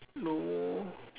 no